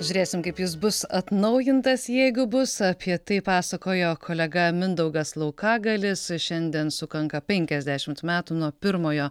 žiūrėsim kaip jis bus atnaujintas jeigu bus apie tai pasakojo kolega mindaugas laukagalis šiandien sukanka penkiasdešimt metų nuo pirmojo